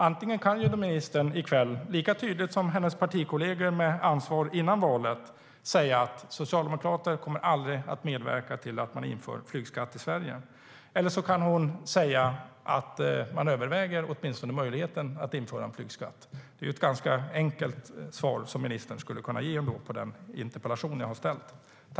Antingen kan ministern i kväll, lika tydligt som hennes partikolleger med ansvar för dessa frågor före valet, säga att socialdemokrater aldrig kommer att medverka till att flygskatt införs i Sverige, eller så kan hon säga att man åtminstone överväger möjligheten att införa en flygskatt. Det är ett ganska enkelt svar som ministern skulle kunna ge på den interpellation som jag har ställt.